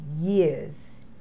years